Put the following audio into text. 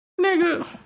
Nigga